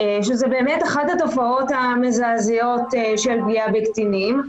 שזה באמת אחת התופעות המזעזעות של פגיעה בקטינים,